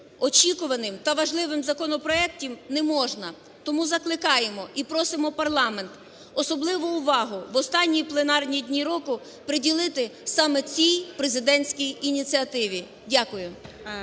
очікуваним та важливим законопроектом не можна. Тому закликаємо і просимо парламент особливу увагу в останні пленарні дні року приділити саме цій президентській ініціативі. Дякую.